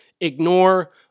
Ignore